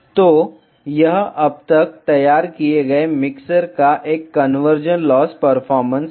तो यह अब तक तैयार किए गए मिक्सर का एक कन्वर्जेंट लॉस परफॉर्मेंस है